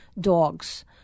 dogs